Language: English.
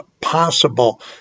possible